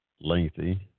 lengthy